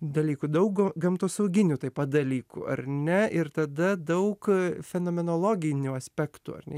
dalykų daug gamtosauginių taip pat dalykų ar ne ir tada daug fenomenologiniu aspektu ar ne